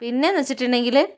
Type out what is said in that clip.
പിന്നെയെന്ന് വെച്ചിട്ടുണ്ടെങ്കിൽ